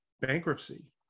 bankruptcy